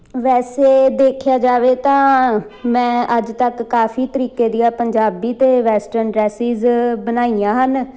ਵੈਸੇ ਦੇਖਿਆ ਜਾਵੇ ਤਾਂ ਮੈਂ ਅੱਜ ਤੱਕ ਕਾਫ਼ੀ ਤਰੀਕੇ ਦੀਆਂ ਪੰਜਾਬੀ ਅਤੇ ਵੈਸਟਰਨ ਡਰੈਸਿਜ ਬਣਾਈਆਂ ਹਨ